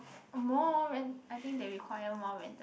more ran~ I think they require more random